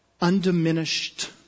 undiminished